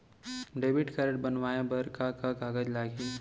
Debit card बनवाये बर का का कागज लागही?